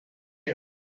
here